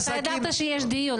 אתה ידעת שיש דיון.